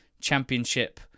championship